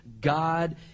God